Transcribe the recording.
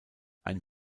ein